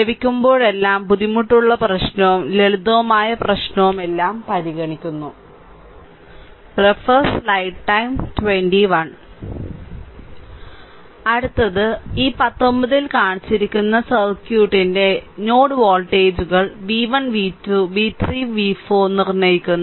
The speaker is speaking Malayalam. ലഭിക്കുമ്പോഴെല്ലാം ബുദ്ധിമുട്ടുള്ള പ്രശ്നവും ലളിതമായ പ്രശ്നവുമെല്ലാം പരിഗണിക്കുന്നു അടുത്തത് ഈ 19 ൽ കാണിച്ചിരിക്കുന്ന സർക്യൂട്ടിന്റെ നോഡ് വോൾട്ടേജുകൾ v1 v2 v3 v4 നിർണ്ണയിക്കുന്നു